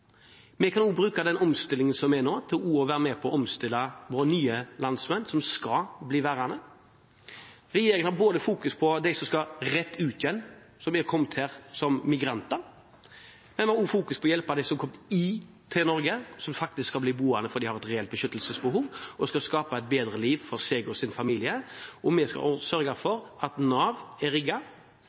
Vi kan bruke den omstillingen som foregår nå til også å være med på omstilling for våre nye landsmenn som skal bli værende her. Regjeringen fokuserer på dem som skal rett ut igjen, som har kommet her som migranter, og vi fokuserer også på å hjelpe dem som er kommet inn til Norge, og som faktisk skal bli boende fordi de har et reelt beskyttelsesbehov og skal skape et bedre liv for seg og sin familie. Vi skal sørge for at Nav er